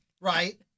Right